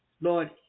Lord